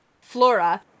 Flora